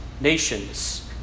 Nations